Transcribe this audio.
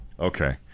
Okay